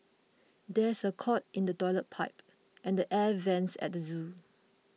there is a clog in the Toilet Pipe and the Air Vents at the zoo